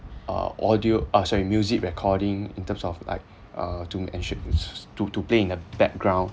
uh audio oh sorry music recording in terms of like uh to mentions to to play in the background